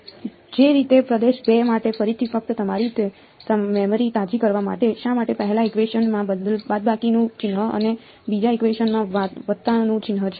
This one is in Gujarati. એ જ રીતે પ્રદેશ 2 માટે ફરીથી ફક્ત તમારી મેમરી તાજી કરવા માટે શા માટે પહેલા ઇકવેશન માં બાદબાકીનું ચિહ્ન અને બીજા ઇકવેશન માં વત્તાનું ચિહ્ન છે